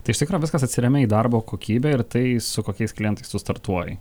tai iš tikro viskas atsiremia į darbo kokybę ir į tai su kokiais klientais tu startuoji